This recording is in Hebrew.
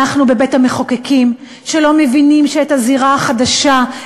אנחנו בבית-המחוקקים שלא מבינים שאת הזירה החדשה,